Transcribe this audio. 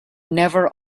never